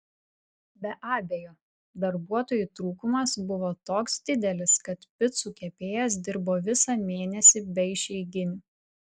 be abejo darbuotojų trūkumas buvo toks didelis kad picų kepėjas dirbo visą mėnesį be išeiginių